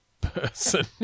person